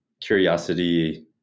curiosity